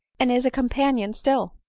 and is a companion still.